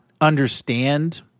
understand